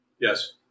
Yes